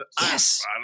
Yes